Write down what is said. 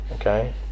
Okay